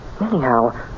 Anyhow